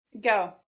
Go